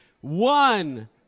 one